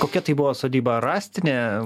kokia tai buvo sodyba ar rąstinė